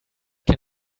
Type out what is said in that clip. can